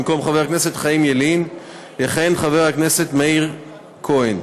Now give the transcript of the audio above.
במקום חבר הכנסת חיים ילין יכהן חבר הכנסת מאיר כהן.